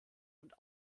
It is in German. und